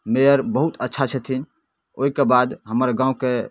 mayor बहुत अच्छा छथिन ओहिके बाद हमर गामके